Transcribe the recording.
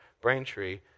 Braintree